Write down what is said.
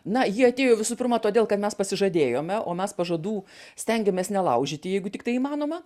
na ji atėjo visų pirma todėl kad mes pasižadėjome o mes pažadų stengiamės nelaužyti jeigu tiktai įmanoma